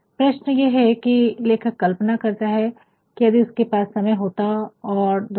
प्रश्न ये है कि लेखक कल्पना करता है कि यदि उसके पास समय होता और दुनिया